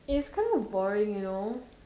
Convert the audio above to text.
is kind of boring you know